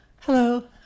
Hello